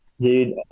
dude